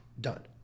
done